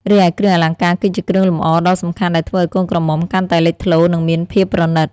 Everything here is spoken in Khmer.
រីឯគ្រឿងអលង្ការគឺជាគ្រឿងលម្អដ៏សំខាន់ដែលធ្វើឱ្យកូនក្រមុំកាន់តែលេចធ្លោ និងមានភាពប្រណិត ។